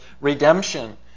redemption